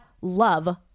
love